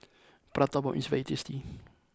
Prata Bomb is very tasty